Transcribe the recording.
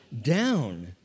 down